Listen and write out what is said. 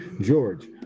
george